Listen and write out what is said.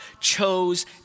chose